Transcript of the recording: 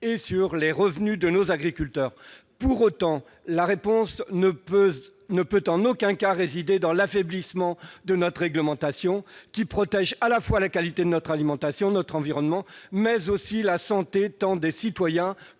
et sur les revenus de nos agriculteurs. Pour autant, la réponse ne peut en aucun cas résider dans l'affaiblissement de notre réglementation qui protège à la fois la qualité de notre alimentation, notre environnement, mais aussi la santé tant des citoyens